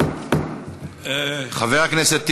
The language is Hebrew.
העבריינים,